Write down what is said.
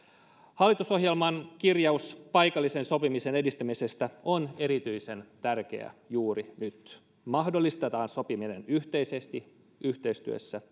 hallitusohjelman kirjaus paikallisen sopimisen edistämisestä on erityisen tärkeä juuri nyt mahdollistetaan sopiminen yhteisesti yhteistyössä